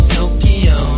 Tokyo